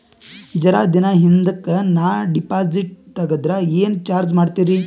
ಜರ ದಿನ ಹಿಂದಕ ನಾ ಡಿಪಾಜಿಟ್ ತಗದ್ರ ಏನ ಚಾರ್ಜ ಮಾಡ್ತೀರಿ?